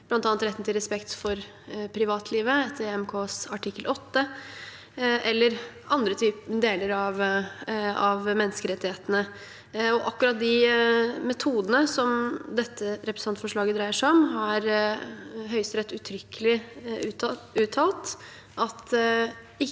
bl.a. retten til respekt for privatlivet etter EMKs artikkel 8 eller andre deler av menneskerettighetene. Akkurat de metodene som dette representantforslaget dreier seg om, har Høyesterett uttrykkelig uttalt at